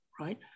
right